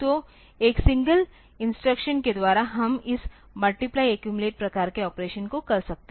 तो एक single instruction के द्वारा हम इस मल्टीप्लय एक्यूमिलेट प्रकार के ऑपरेशन को कर सकते हैं